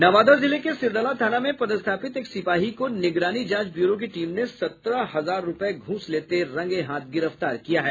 नवादा जिले के सिरदला थाना में पदस्थापित एक सिपाही को निगरानी जांच ब्यूरो की टीम ने सत्रह हजार रूपये घ्रस लेते हुये रंगेहाथ गिरफ्तार किया है